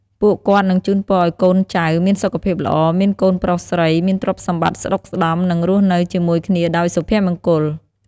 ពួកគាត់នឹងជូនពរឲ្យកូនចៅមានសុខភាពល្អ មានកូនប្រុសស្រី មានទ្រព្យសម្បត្តិស្តុកស្តម្ភ និងរស់នៅជាមួយគ្នាដោយសុភមង្គល។